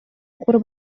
куруп